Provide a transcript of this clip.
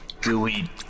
gooey